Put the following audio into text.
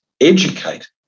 educate